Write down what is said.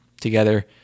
together